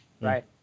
right